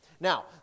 Now